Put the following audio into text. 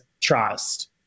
trust